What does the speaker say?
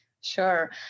Sure